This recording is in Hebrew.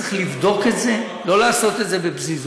צריך לבדוק את זה, לא לעשות את זה בפזיזות,